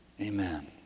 Amen